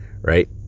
right